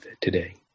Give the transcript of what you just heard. today